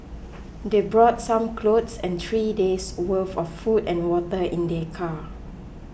they brought some clothes and three days worth of food and water in their car